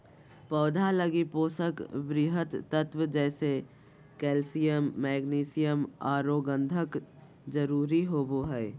पौधा लगी पोषक वृहत तत्व जैसे कैल्सियम, मैग्नीशियम औरो गंधक जरुरी होबो हइ